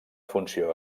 funció